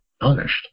punished